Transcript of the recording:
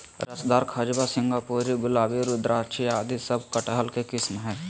रसदार, खजवा, सिंगापुरी, गुलाबी, रुद्राक्षी आदि सब कटहल के किस्म हय